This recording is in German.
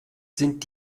sind